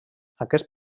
aquest